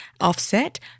offset